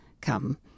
come